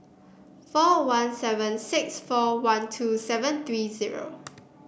four one seven six four one two seven three zero